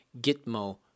Gitmo